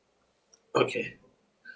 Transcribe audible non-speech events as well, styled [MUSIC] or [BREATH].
okay [BREATH]